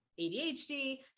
ADHD